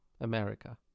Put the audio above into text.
America